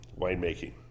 winemaking